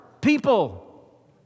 People